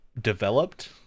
developed